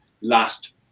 last